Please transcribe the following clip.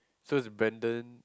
so is Brandon